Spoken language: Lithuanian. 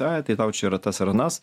ai tai tau čia yra tas ar anas